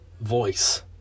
voice